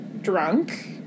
drunk